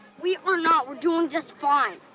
we are not! we're doing just fine.